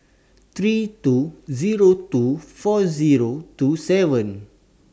three two Zero two four Zero two seven